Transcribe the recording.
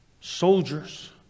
soldiers